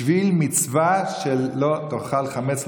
בשביל מצווה של לא תאכל חמץ,